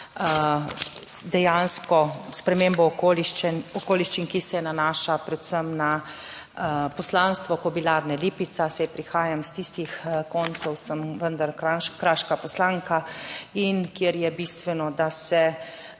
Dejansko spremembo okoliščin, ki se nanaša predvsem na poslanstvo Kobilarne Lipica, saj prihajam iz tistih koncev, sem vendar kraška poslanka in kjer je bistveno, da se